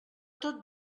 tot